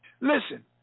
Listen